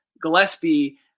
gillespie